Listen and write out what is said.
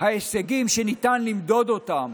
ההישגים שניתן למדוד אותם